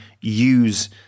use